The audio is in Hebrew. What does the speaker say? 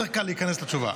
יותר קל להיכנס לתשובה.